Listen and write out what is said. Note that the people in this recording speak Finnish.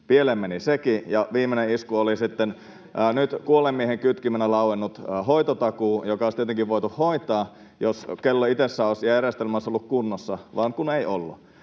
Pieleen meni sekin. Ja viimeinen isku oli sitten nyt kuolleen miehen kytkimenä lauennut hoitotakuu, joka olisi tietenkin voitu hoitaa, jos järjestelmä itsessään olisi ollut kunnossa, vaan kun ei ollut.